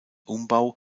umbau